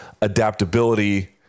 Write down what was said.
adaptability